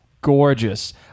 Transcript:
Gorgeous